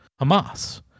Hamas